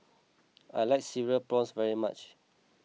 I like Cereal Prawns very much